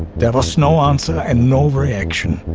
there was no answer and no reaction.